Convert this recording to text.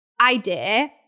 idea